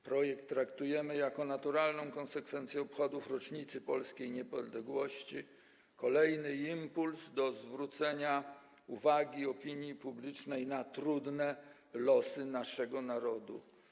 Projekt traktujemy jako naturalną konsekwencję obchodów rocznicy polskiej niepodległości, kolejny impuls do zwrócenia uwagi opinii publicznej na trudne losy naszego narodu.